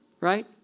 right